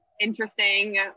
interesting